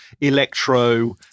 electro